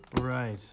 Right